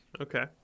okay